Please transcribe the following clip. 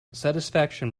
satisfaction